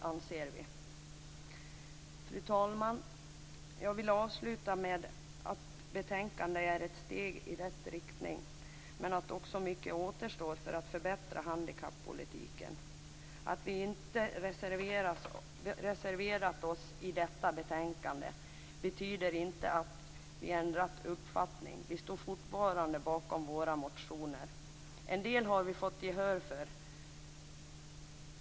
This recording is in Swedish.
Fru talman! Jag vill avslutningsvis säga att detta betänkande är ett steg i rätt riktning men att också mycket återstår för att förbättra handikappolitiken. Att vi inte har reserverat oss vid detta betänkande betyder inte att vi har ändrat uppfattning. Vi står fortfarande bakom våra motioner. En del har vi fått gehör för.